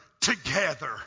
together